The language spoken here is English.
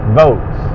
votes